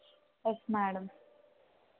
yes madam